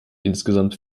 insgesamt